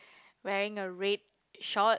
wearing a red short